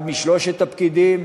אחד משלושת הפקידים,